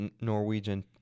Norwegian